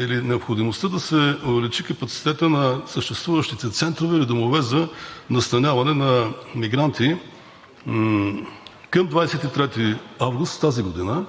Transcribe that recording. или необходимостта да се увеличи капацитетът на съществуващите центрове, или домове за настаняване на мигранти – към 23 август тази година